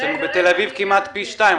ובתל אביב יש כמעט פי שתיים.